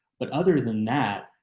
but other than that,